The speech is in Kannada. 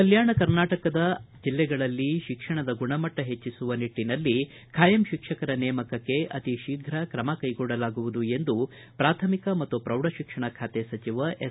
ಕಲ್ಕಾಣ ಕರ್ನಾಟಕದ ಜಿಲ್ಲೆಗಳಲ್ಲಿ ಶಿಕ್ಷಣದ ಗುಣಮಟ್ಟ ಹೆಚ್ಚಿಸುವ ನಿಟ್ಟನಲ್ಲಿ ಖಾಯಂ ಶಿಕ್ಷಕರ ನೇಮಕಕ್ಕ ಅತೀ ಶೀಘ್ರ ಕ್ರಮಕ್ಕೆಗೊಳ್ಳಲಾಗುವುದು ಎಂದು ಪ್ರಾಥಮಿಕ ಮತ್ತು ಪ್ರೌಢಶಿಕ್ಷಣ ಖಾತೆ ಸಚಿವ ಎಸ್